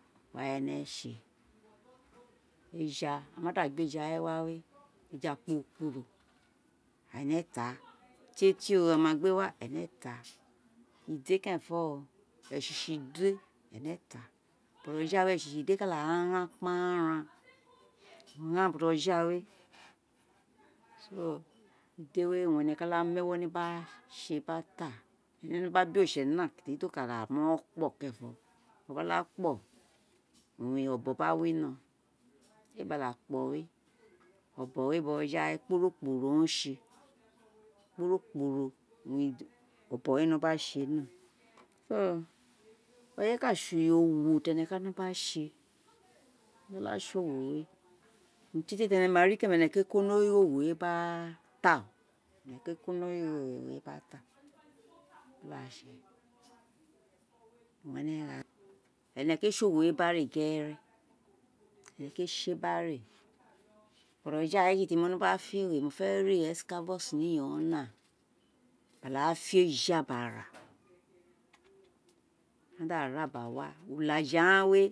eja, ama da gbé wé wa wé éja kporo kporo, eme táà, tiétié ro ar ma gbé wa ẹnẹ táà, idé kerenfo o, esiso idé ene táà, bo joghawé esiso idé ka dáà ghan kpamran, ghan bojoghawé so idé owun ẹnẹ ka da mu ẹwọ ni gba ṣe gbata, mo no ré gba be oritse now toro di o ka mo kpo. kékéré, o ma kpo, owun obou gba wino éè gba da kpo wé ọbọn bọjọ ghawe kpogho kpogho owun o sé, kpogho o wun ọbọn wé no gba sé now, so éyi wé ka sé owo ti ẹnẹ fe nọ gba se, a gba da sé owo wé uruntié tié ti ene ma n keren owun ene kpé ko m origho owo wé gba ta ẹnẹ kpé sé owo gba ré gẹrẹ ene kpé séè gba ré bojoghawé kiti wo wino gba fe ewé, mo fe ri escravos ni iyon ghon gba da fe éja gba ra, mo ma da ráà gba wa, aja ghan wé